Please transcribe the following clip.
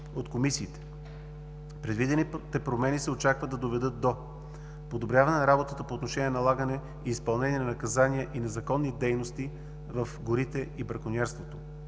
от комисиите. Предвидените промени се очакват да доведат до: подобряване на работата по отношение налагане и изпълнение на наказание и незаконни дейности в горите и бракониерството;